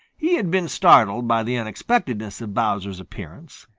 he had been startled by the unexpectedness of bowser's appearance.